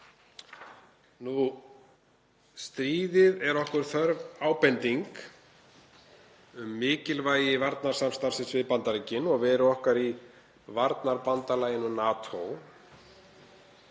Stríðið er okkur þörf ábending um mikilvægi varnarsamstarfsins við Bandaríkin og veru okkar í varnarbandalaginu NATO